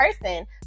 person